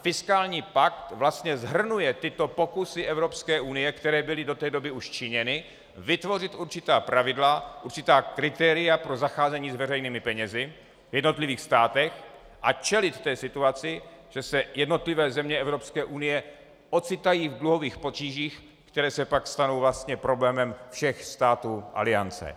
Fiskální pakt vlastně shrnuje tyto pokusy EU, které byly do té doby už činěny, vytvořit určitá pravidla, určitá kritéria pro zacházení s veřejnými penězi v jednotlivých státech a čelit té situaci, že se jednotlivé země EU ocitají v dluhových potížích, které se pak stanou vlastně problémem všech států aliance.